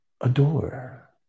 adore